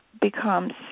becomes